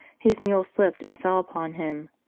his mule slipped, and fell upon him.